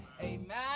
Amen